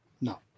No